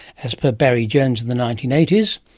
as per barry jones in the nineteen eighty s.